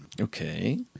Okay